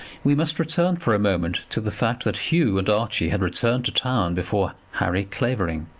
we must return for a moment to the fact that hugh and archie had returned to town before harry clavering.